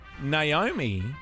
Naomi